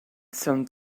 some